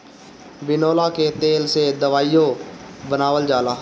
बिनौला के तेल से दवाईओ बनावल जाला